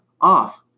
off